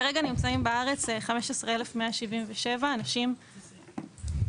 כרגע נמצאים בארץ 15,177 אנשים באוכלוסייה